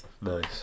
Nice